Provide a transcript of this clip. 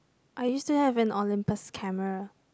I used to have an Olympus camera